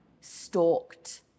stalked